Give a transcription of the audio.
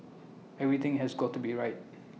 everything has got to be right